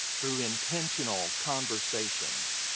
through intentional conversations.